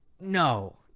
No